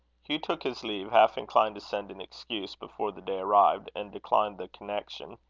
hugh took his leave, half inclined to send an excuse before the day arrived, and decline the connection.